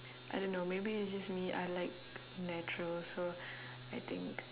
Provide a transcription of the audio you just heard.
I don't know maybe it's just me I like natural so I think